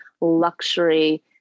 luxury